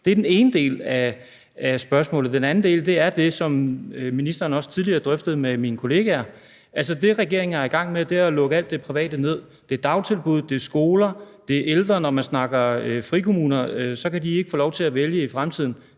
Det er den ene del af spørgsmålet. Den anden del er det, som ministeren også tidligere drøftede med mine kollegaer. Altså, det, regeringen er i gang med, er jo at lukke alt det private ned. Det er dagtilbud, det er skoler, og det er i forhold til ældre; når man snakker frikommuner, kan de ikke få lov til at vælge i fremtiden,